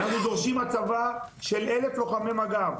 אנחנו דורשים הצבת 1,000 לוחמי מג"ב,